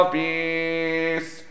peace